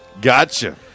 Gotcha